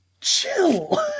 chill